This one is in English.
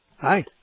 hi